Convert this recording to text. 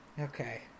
Okay